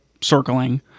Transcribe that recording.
circling